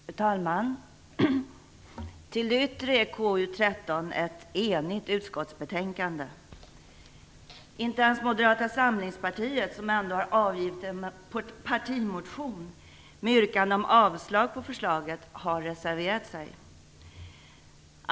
Fru talman! Till det yttre är KU13 ett enigt utskottsbetänkande. Inte ens Moderata samlingspartiet, som ändå har väckt en partimotion med yrkande om avslag på förslaget, har reserverat sig.